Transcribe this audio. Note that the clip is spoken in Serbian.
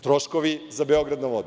Troškovi za „Beograd na vodi“